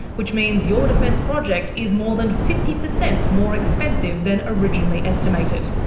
which means your defence project is more than fifty percent more expensive than originally estimated.